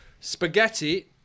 Spaghetti